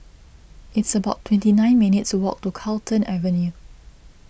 it's about twenty nine minutes' walk to Carlton Avenue